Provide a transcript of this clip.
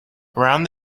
around